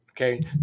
okay